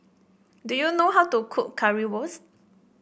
do you know how to cook Currywurst